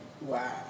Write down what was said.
Wow